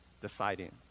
deciding